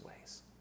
ways